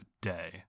day